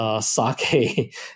sake